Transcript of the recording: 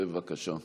בבקשה.